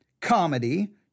comedy